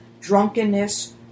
drunkenness